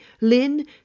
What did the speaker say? Lynn